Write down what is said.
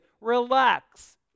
Relax